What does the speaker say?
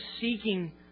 seeking